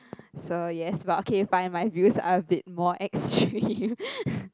so yes but okay fine my views are a bit more extreme